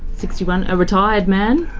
sixty one, a retired man?